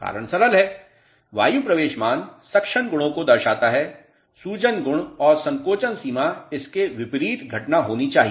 कारण सरल है वायु प्रवेश मान सक्शन गुणों को दर्शाता है सूजन गुण और संकोचन सीमा इसके विपरीत घटना होनी चाहिए